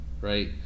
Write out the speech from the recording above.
right